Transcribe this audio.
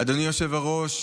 אדוני היושב-ראש,